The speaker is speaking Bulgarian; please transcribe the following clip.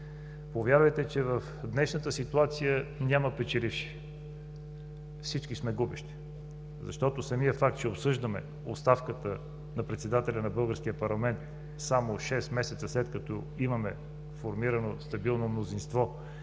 Повярвайте, че в днешната ситуация няма печеливши, всички сме губещи, защото самият факт, че обсъждаме оставката на председателя на българския парламент само шест месеца след като имаме формирано стабилно мнозинство